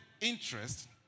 interest